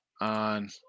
on